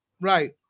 Right